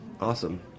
Awesome